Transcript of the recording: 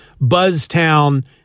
Buzztown